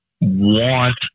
want